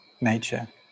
nature